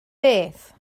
beth